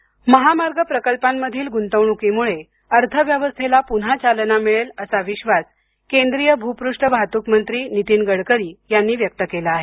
गडकरी महामार्ग प्रकल्पांमधील गुंतवणुकीमुळे अर्थव्यवस्थेला पुन्हा चालना मिळेल असा विश्वास केंद्रीय भूपृष्ठ वाहतूकमंत्री नीतीन गडकरी यांनी व्यक्त केला आहे